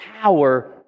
power